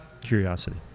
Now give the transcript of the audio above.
Curiosity